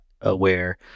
aware